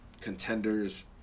contenders